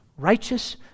righteous